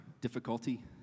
difficulty